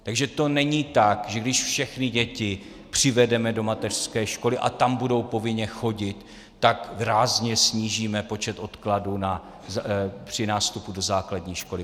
Takže to není tak, že když všechny děti přivedeme do mateřské školy a tam budou povinně chodit, tak rázně snížíme počet odkladů při nástupu do základní školy.